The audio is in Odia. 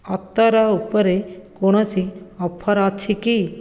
ଅତର ଉପରେ କୌଣସି ଅଫର୍ ଅଛି କି